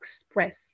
express